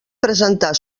presentar